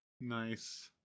nice